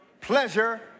pleasure